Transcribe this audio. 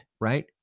right